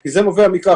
כי זה נובע מכך,